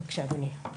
בבקשה אדוני.